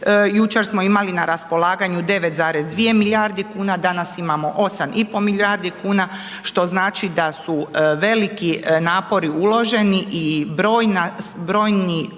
jučer smo imali na raspolaganju 9,2 milijardi kuna, danas imamo 8,5 milijardi kuna, što znači da su veliki napori uloženi i brojni